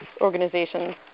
organizations